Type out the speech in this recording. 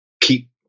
keep